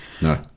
No